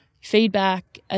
feedback